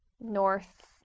north